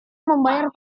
membayar